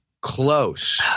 Close